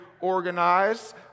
organized